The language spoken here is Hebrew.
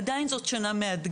עדיין זו הייתה שנה מאתגרת.